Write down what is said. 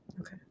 Okay